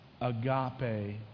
agape